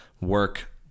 work